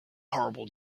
horrible